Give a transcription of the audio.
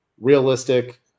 realistic